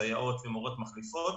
סייעות ומורות מחליפות.